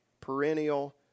perennial